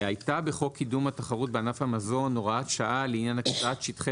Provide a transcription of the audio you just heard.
הייתה בחוק קידום התחרות בענף המזון הוראת שעה לעניין הקצאת שטחי